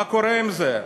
מה קורה עם זה?